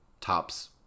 tops